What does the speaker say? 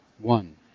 One